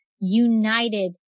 united